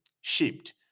shipped